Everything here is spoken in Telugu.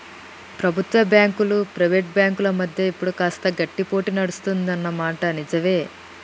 ప్రభుత్వ బ్యాంకులు ప్రైవేట్ బ్యాంకుల మధ్య ఇప్పుడు కాస్త గట్టి పోటీ నడుస్తుంది అన్న మాట నిజవే